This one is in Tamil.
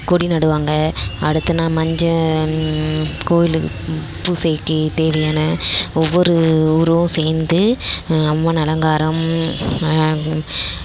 கொடி நடுவாங்க அடுத்தநாள் மஞ்ச கோயிலுக்கு பூசைக்கு தேவையான ஒவ்வொரு ஊரும் சேர்ந்து அம்மன் அலங்காரம்